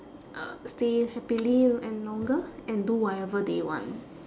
uh stay happily and longer and do whatever they want